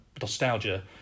Nostalgia